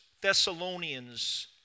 Thessalonians